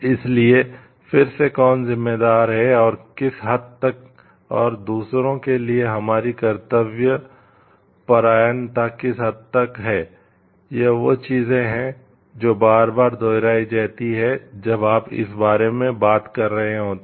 इसलिए फिर से कौन जिम्मेदार है और किस हद तक और दूसरों के लिए हमारी कर्तव्यपरायणता किस हद तक है यह वह चीजें हैं जो बार बार दोहराई जाती हैं जब आप इस बारे में बात कर रहे होते हैं